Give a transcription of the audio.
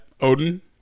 Odin